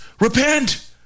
Repent